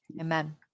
Amen